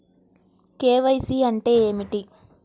KYC అంటే ఏమిటి?